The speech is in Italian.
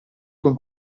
con